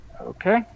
Okay